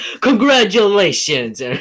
Congratulations